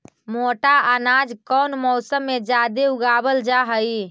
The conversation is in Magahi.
मोटा अनाज कौन मौसम में जादे उगावल जा हई?